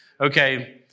Okay